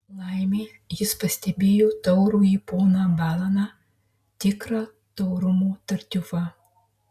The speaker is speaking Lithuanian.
laimė jis pastebėjo taurųjį poną balaną tikrą taurumo tartiufą